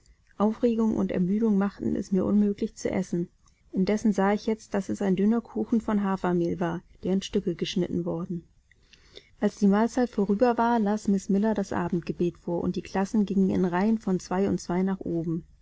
aufregung und ermüdung machten es mir unmöglich zu essen indessen sah ich jetzt daß es ein dünner kuchen von hafermehl war der in stücke geschnitten worden als die mahlzeit vorüber war las miß miller das abendgebet vor und die klassen gingen in reihen von zwei und zwei nach oben